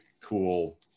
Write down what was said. cool